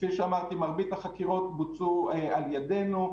כפי שאמרתי, מרבית החקירות בוצעו על ידינו.